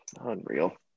Unreal